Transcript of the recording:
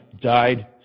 died